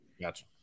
Gotcha